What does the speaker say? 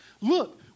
Look